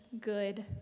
good